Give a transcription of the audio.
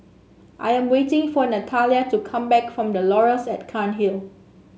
I am waiting for Natalia to come back from The Laurels at Cairnhill